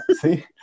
See